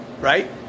Right